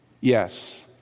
Yes